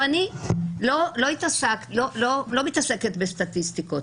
אני לא מתעסקת בסטטיסטיקות.